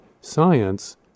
science